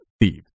thieves